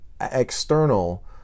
external